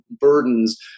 burdens